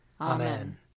Amen